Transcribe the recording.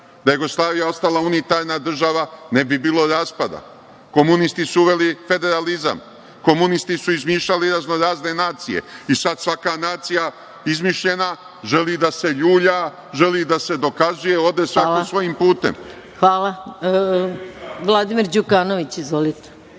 je Jugoslavija ostala unitarna država, ne bi bilo raspada. Komunisti su uveli federalizam, komunisti su izmišljali razno razne nacije i sada svaka nacija izmišljenja želi da se ljulja, želi da se dokazuje, ode svako svojim putem. **Maja Gojković** Hvala. Reč